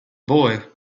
boy